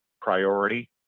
priority